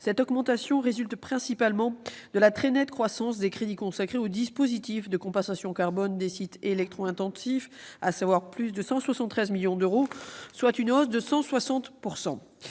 cette augmentation résulte principalement de la très nette croissance des crédits consacrés au dispositif de compensation carbone des sites électro-intensifs, à savoir 173 millions d'euros, soit une hausse de 160 %.